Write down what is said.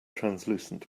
translucent